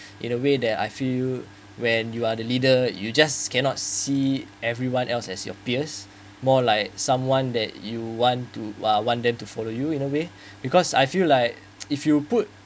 in a way that I feel when you are the leader you just cannot see everyone else as your peers more like someone that you want to want them to follow you in a way because I feel like if you put